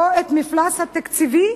או את המפלס התקציבי?